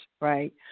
Right